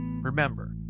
Remember